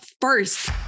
first